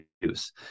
use